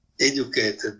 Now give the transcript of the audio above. educated